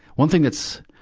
one thing that's,